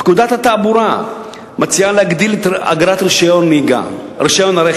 פקודת התעבורה מציעה להגדיל את אגרת רשיון הרכב.